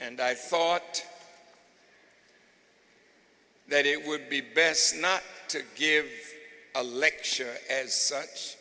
and i thought that it would be best not to give a lecture as such